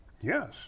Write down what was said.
Yes